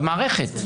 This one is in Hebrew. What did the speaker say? במערכת.